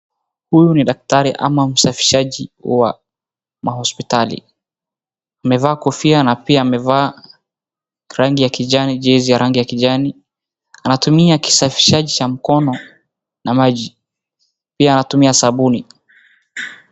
Huyu ni daktari ama msafishaji wa mahosipitali, amevaa kofia na pia amevaa rangi ya kijani jersey ya rangi ya kijani, anatumia kisafishaji cha mkono na maji pia anatumia sabuni.